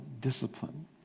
discipline